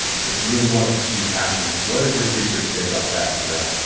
if you really want to pursue your passion, what does your research say about that, brad?